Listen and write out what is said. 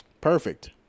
Perfect